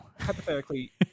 Hypothetically